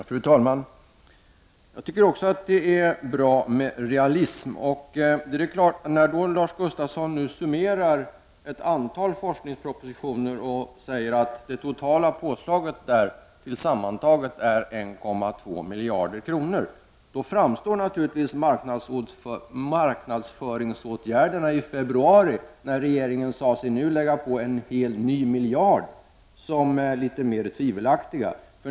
Fru talman! Jag tycker också att det är bra med realism. När Lars Gustafsson nu summerar ett antal forskningspropositioner och säger att det totala påslaget sammantaget är 1,2 miljarder kronor, framstår naturligtvis marknadsföringsåtgärderna i februari när regeringen sade sig lägga på en hel miljard som litet mera tvivelaktiga.